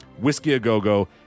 Whiskey-A-Go-Go